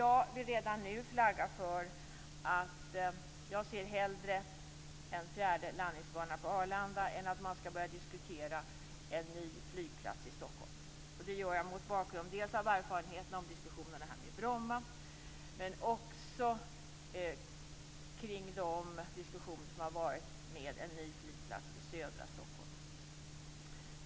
Jag vill redan nu flagga för att jag hellre ser en fjärde landningsbana på Arlanda än att man skall börja diskutera en ny flygplats i Stockholm. Detta gör jag mot bakgrund dels av erfarenheterna från diskussionerna om Bromma, dels av de diskussioner som har förts kring en ny flygplats i södra Stockholm.